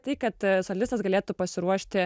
tai kad solistas galėtų pasiruošti